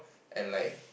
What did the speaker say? and like